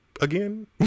again